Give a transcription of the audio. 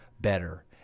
better